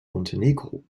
montenegro